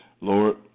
Lord